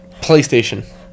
playstation